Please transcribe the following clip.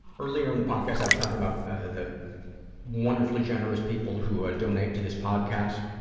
earlier in the podcast i was talking about the wonderfully generous people who donate to this podcast.